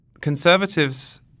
conservatives